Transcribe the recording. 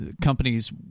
companies